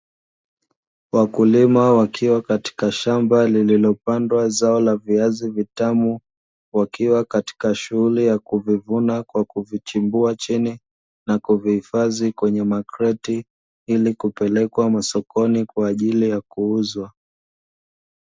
Wakulima wakiwa katika shamba lililopandwa zao la viazi vitamu, wakiwa katika shughuli ya kuvivuna kwa kuvichimbua chini na kuvihifadhi kwenye makreti ili kupelekwa masokoni kwa ajili ya kuuzwa.